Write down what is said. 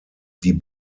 die